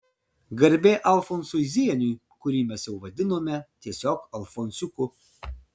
garbė alfonsui zieniui kurį mes jau vadinome tiesiog alfonsiuku